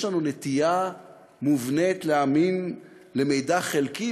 יש לנו נטייה מובנית להאמין למידע חלקי,